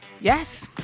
Yes